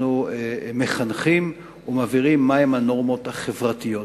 מחנכים ומבהירים מהן הנורמות החברתיות.